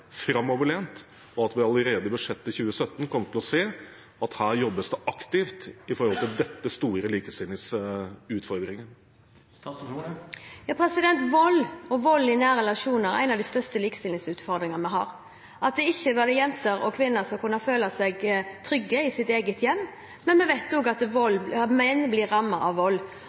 framoverlent, og at vi allerede i budsjettet i 2017 kommer til å se at her jobbes det aktivt med denne store likestillingsutfordringen. Vold og vold i nære relasjoner er en av de største likestillingsutfordringene vi har, det at jenter og kvinner ikke skal kunne føle seg trygge i sitt eget hjem, men vi vet at også menn blir rammet av vold.